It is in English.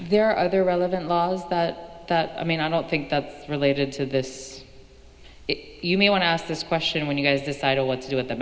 there are other relevant laws that i mean i don't think that's related to this you may want to ask this question when you guys decide on what to do with the